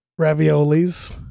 raviolis